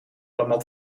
allemaal